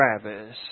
Travis